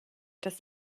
das